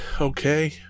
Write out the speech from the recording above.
Okay